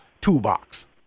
toolbox